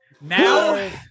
now